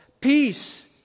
Peace